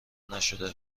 نشده